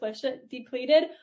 depleted